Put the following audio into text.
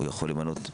הוא יכול למנות,